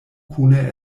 kune